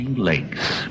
lakes